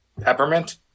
peppermint